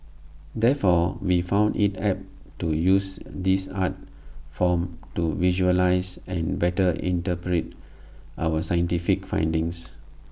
therefore we found IT apt to use this art form to visualise and better interpret our scientific findings